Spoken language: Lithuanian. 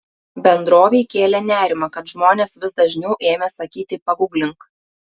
bendrovei kėlė nerimą kad žmonės vis dažniau ėmė sakyti paguglink